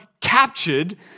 captured